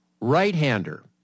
right-hander